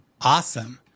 Awesome